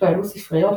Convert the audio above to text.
שכללו ספריות,